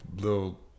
little